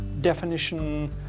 definition